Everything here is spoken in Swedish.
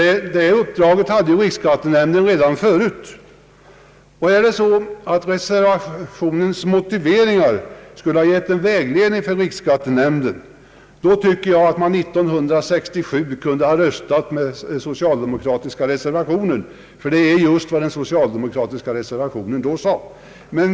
Riksskattenämnden hade ju detta uppdrag redan förut. Om reservanternas syfte varit att ge riksskattenämnden en vägledning tycker jag att man år 1967 kunde ha röstat med den socialdemokratiska reservationen, ty den hade just ett sådant innehåll.